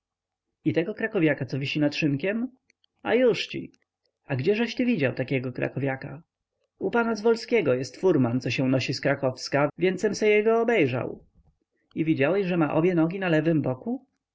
i tego krakowiaka co wisi nad szynkiem a jużci a gdzieżeś ty widział takiego krakowiaka u pana zwolskiego jest furman co się nosi zkrakowska więcem se jego obejrzał i widziałeś że ma obie nogi na lewym boku